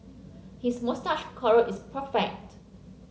his moustache curl is perfect